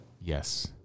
Yes